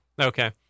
Okay